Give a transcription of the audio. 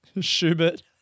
Schubert